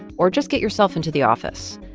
or just get yourself into the office.